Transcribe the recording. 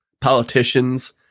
politicians –